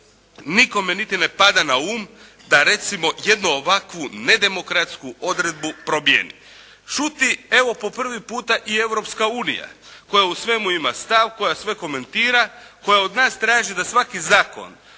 Nikome niti ne pada na um da recimo jednu ovakvu nedemokratsku odredbu promijeni. Šuti evo po prvi puta i Europska unija koja o svemu ima stav, koja sve komentira, koja od nas traži da svaki zakon